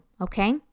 okay